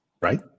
right